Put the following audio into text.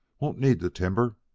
won't need to timber.